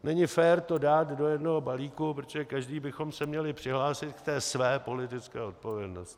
Není fér to dát do jednoho balíku, protože každý bychom se měli přihlásit ke své politické odpovědnosti.